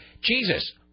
Jesus